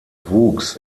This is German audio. wuchs